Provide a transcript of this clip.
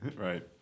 Right